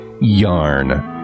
YARN